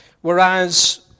Whereas